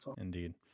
Indeed